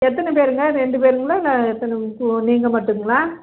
எத்தனை பேருங்க ரெண்டு பேருங்களா இல்லை எத்தனை கு நீங்கள் மட்டுந்தானா